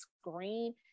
screen